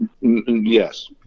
Yes